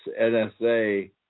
NSA